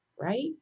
right